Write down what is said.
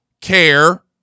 care